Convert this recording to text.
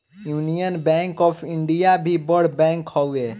union Bank of India भी बड़ bank हअ